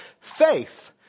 faith